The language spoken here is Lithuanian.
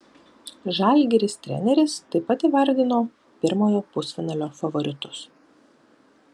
žalgiris treneris taip pat įvardino pirmojo pusfinalio favoritus